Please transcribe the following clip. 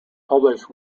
published